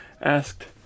asked